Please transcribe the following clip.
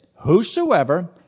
Whosoever